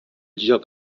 joc